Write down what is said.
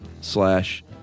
slash